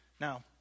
now